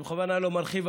אני בכוונה לא מרחיב,